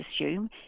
assume